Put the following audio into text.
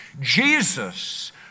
Jesus